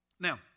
Now